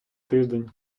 тиждень